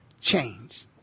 change